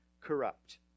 corrupt